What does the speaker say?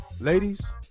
Ladies